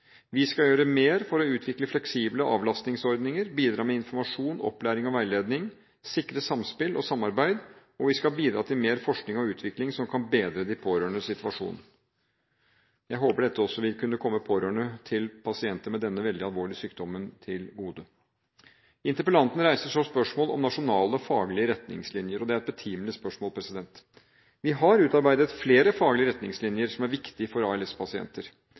Vi skal gjøre mer for å utvikle fleksible avlastningsordninger, bidra med informasjon, opplæring og veiledning, sikre samspill og samarbeid, og vi skal bidra til mer forskning og utvikling som kan bedre de pårørendes situasjon. Jeg håper dette også vil komme pårørende til pasienter med denne veldig alvorlige sykdommen til gode. Interpellanten reiser så spørsmål om nasjonale faglige retningslinjer, og det er et betimelig spørsmål. Vi har utarbeidet flere faglige retningslinjer som er viktige for